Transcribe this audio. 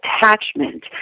attachment